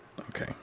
okay